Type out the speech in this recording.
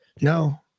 No